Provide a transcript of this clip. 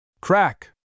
Crack